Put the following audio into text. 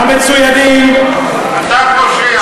שוטריך פושעים.